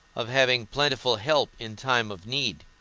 of having plentiful help in time of need?